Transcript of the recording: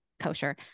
kosher